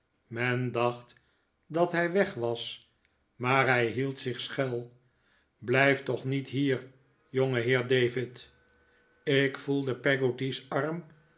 men dacht dat hij weg was maar hij hield zich schuil blijf toch niet hier jongeheer david ik voelde peggotty's arm